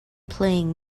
playing